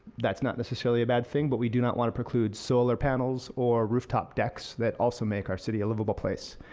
that's not necessarily a bad thing but we do not want to preclude solar panels or rooftop decks that also make our city a livable place.